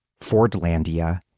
Fordlandia